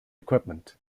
equipment